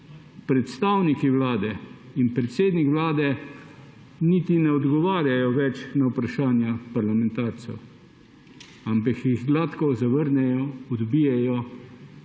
predstavniki vlade in predsednik vlade niti ne odgovarjajo več na vprašanja parlamentarcev, ampak jih gladko zavrnejo, odbijejo